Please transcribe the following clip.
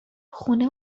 خونه